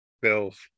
Bills